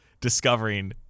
discovering